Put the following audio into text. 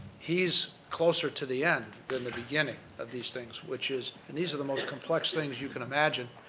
he's closer to the end than the beginning of these things, which is, and these are the most complex things you can imagine.